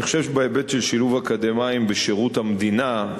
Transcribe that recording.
אני חושב שבהיבט של שילוב אקדמאים בשירות המדינה,